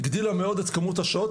הגדילה מאוד את כמות השעות,